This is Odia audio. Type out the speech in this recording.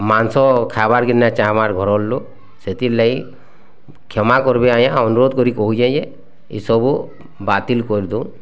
ମାଂସ ଖାଇବାର୍କେ ନାଇଁ ଚାହିଁବାର ଘରର୍ ଲୋକ୍ ସେଥିର୍ଲାଗି କ୍ଷମା କରିବେ ଆଜ୍ଞା ଅନୁରୋଧ କରି କହୁଛେ ଯେ ଏସବୁ ବାତିଲ୍ କରିଦେଉ